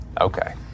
Okay